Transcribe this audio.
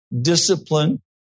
discipline